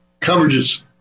coverages